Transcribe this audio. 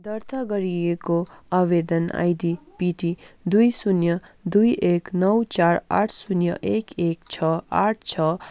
दर्ता गरिएको आवेदन आइडी पिटी दुई शून्य दुई एक नौ चार आठ शून्य एक एक छ आठ छ